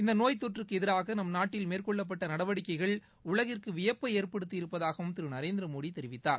இந்த நோய் தொற்றுக்கு எதிராக நம் நாட்டில் மேற்கொள்ளப்பட்ட நடவடிக்கைகள் உலகிற்கு வியப்பை ஏற்படுத்தி இருப்பதாகவும் திரு நரேந்திரமோடி தெரிவித்தார்